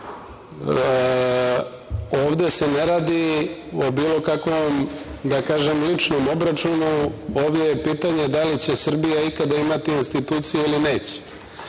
nije. Ovde se ne radi o bilo kakvom, da kažem, ličnom obračunu, ovde je pitanje da li će Srbija ikada imati institucije ili neće.